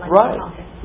right